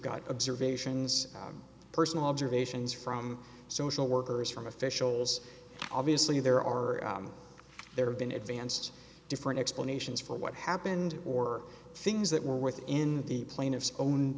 got observe ations personal observations from social workers from officials obviously there are there have been advanced different explanations for what happened or things that were within the plaintiff's own